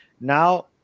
Now